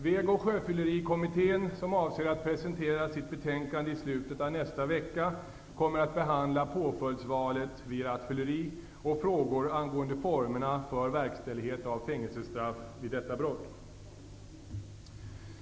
Väg och sjöfyllerikommittén, som avser att presentera sitt betänkande i slutet av nästa vecka, kommer att behandla påföljdsvalet vid rattfylleri och frågor angående formerna för verkställighet av fängelsestraff vid detta brott.